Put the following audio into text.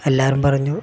എല്ലാവരും പറഞ്ഞു